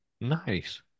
Nice